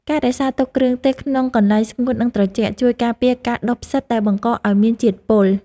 ការរក្សាទុកគ្រឿងទេសក្នុងកន្លែងស្ងួតនិងត្រជាក់ ជួយការពារការដុះផ្សិតដែលបង្កឱ្យមានជាតិពុល។